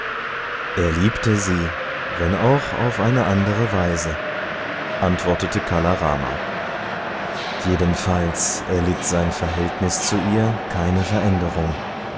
er liebte sie wenn auch auf andere weise antwortete kala rama jedenfalls erlitt sein verhältnis zu ihr keine veränderung